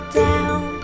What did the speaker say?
down